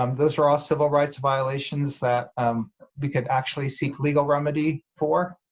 um those are all civil rights violations that we could actually seek legal remedy for.